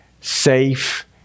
safe